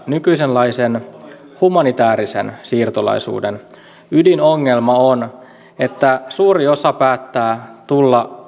nykyisenlaisen humanitaarisen siirtolaisuuden ydinongelma on että suuri osa päättää tulla